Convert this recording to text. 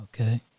Okay